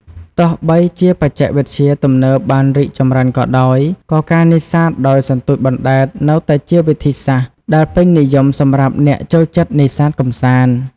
ទោះបីជាបច្ចេកវិទ្យាទំនើបបានរីកចម្រើនក៏ដោយ ក៏ការនេសាទដោយសន្ទូចបណ្ដែតនៅតែជាវិធីសាស្ត្រដែលពេញនិយមសម្រាប់អ្នកចូលចិត្តនេសាទកម្សាន្ត។